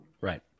Right